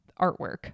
artwork